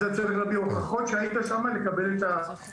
אז אתה צריך להביא הוכחות שהיית שם כדי לקבל מענה,